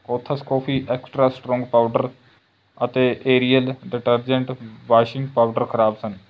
Cothas coffee extra strong powder ਅਤੇ Ariel detergent washing powder ਖਰਾਬ ਸਨ